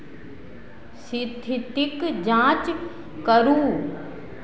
स्थितिक जाँच करू